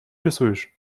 рисуешь